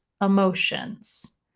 emotions